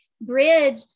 bridge